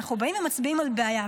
אנחנו באים ומצביעים על בעיה,